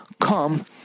come